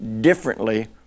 differently